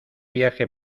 viaje